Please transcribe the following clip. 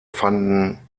fanden